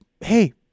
hey